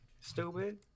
Stupid